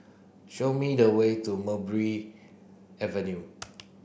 show me the way to Mulberry Avenue